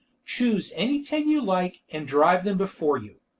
choose any ten you like, and drive them before you.